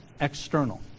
external